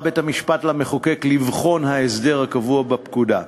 בית-המשפט קרא למחוקק לבחון את ההסדר הקבוע בפקודה.